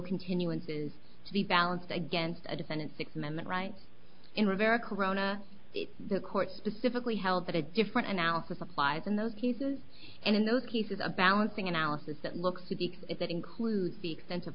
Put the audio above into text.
continuances the balance against a defendant six memmott rights in rivera corona the court specifically held that a different analysis applies in those cases and in those cases a balancing analysis that looks easy is it includes the expense of